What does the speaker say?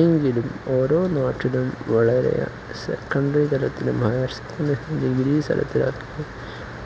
എങ്കിലും ഓരോ നാട്ടിലും വളരെ സെക്കൻഡറി തലത്തിലും ഹയർ സെക്കൻഡറി ഡിഗ്രി തലത്തിലൊക്കെ